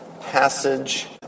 passage